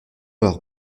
leur